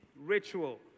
ritual